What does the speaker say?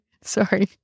Sorry